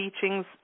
teachings